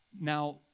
Now